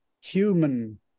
human